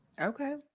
Okay